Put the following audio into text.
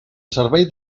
servei